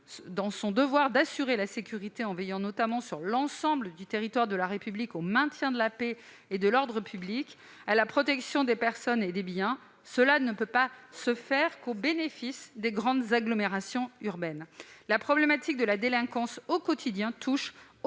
dans son devoir d'assurer la sécurité en veillant, notamment, sur l'ensemble du territoire de la République au maintien de la paix et de l'ordre public, à la protection des personnes et des biens, cela ne peut se faire au seul bénéfice des grandes agglomérations urbaines. La problématique de la délinquance au quotidien touche